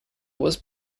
was